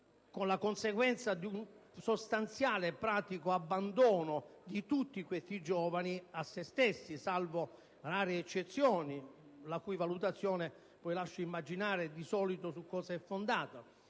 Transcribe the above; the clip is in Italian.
con la conseguenza di un sostanziale e pratico abbandono di tutti questi giovani a se stessi, salvo rare eccezioni la cui valutazione lascio immaginare di solito su cosa sia fondata.